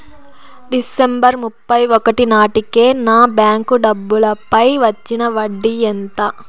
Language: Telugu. డిసెంబరు ముప్పై ఒకటి నాటేకి నా బ్యాంకు డబ్బుల పై వచ్చిన వడ్డీ ఎంత?